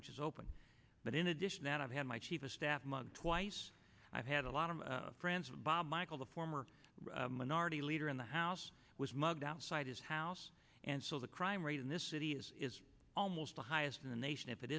inches open but in addition i've had my chief of staff mugged twice i've had a lot of friends with bob michael the former minority leader in the house was mugged outside his house and so the crime rate in this city is almost the highest in the nation if it